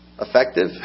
effective